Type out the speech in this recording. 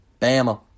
Bama